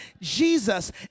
Jesus